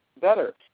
better